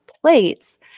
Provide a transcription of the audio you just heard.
plates